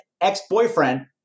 ex-boyfriend